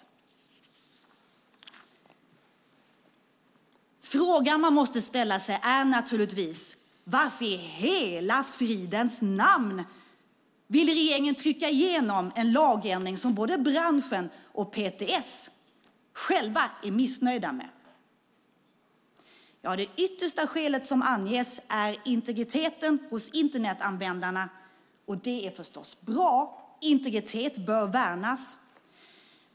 Den fråga som man måste ställa sig är förstås: Varför i hela fridens namn vill regeringen trycka igenom en lagändring som både branschen och PTS är missnöjda med? Det yttersta skäl som anges är Internetanvändarnas integritet. Det är förstås bra - integritet bör värnas.